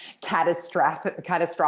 catastrophic